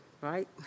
right